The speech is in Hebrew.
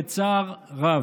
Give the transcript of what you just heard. בצער רב.